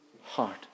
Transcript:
heart